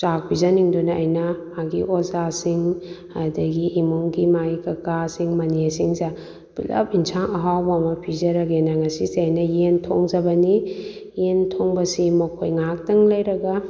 ꯆꯥꯛ ꯄꯤꯖꯅꯤꯡꯗꯨꯅ ꯑꯩꯅ ꯃꯥꯒꯤ ꯑꯣꯖꯥꯁꯤꯡ ꯑꯗꯒꯤ ꯏꯃꯨꯡꯒꯤ ꯃꯥꯒꯤ ꯀꯥꯀꯥꯁꯤꯡ ꯃꯅꯦꯁꯤꯡꯁꯦ ꯄꯨꯂꯞ ꯏꯟꯁꯥꯡ ꯑꯍꯥꯎꯕ ꯑꯃ ꯄꯤꯖꯔꯒꯦꯅ ꯉꯁꯤꯁꯦ ꯑꯩꯅ ꯌꯦꯟ ꯊꯣꯡꯖꯕꯅꯤ ꯌꯦꯟ ꯊꯣꯡꯕꯁꯤ ꯃꯈꯣꯏ ꯉꯥꯏꯍꯥꯛꯇꯪ ꯂꯩꯔꯒ